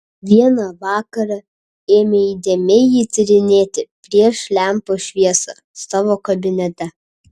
vieną vakarą ėmė įdėmiai jį tyrinėti prieš lempos šviesą savo kabinete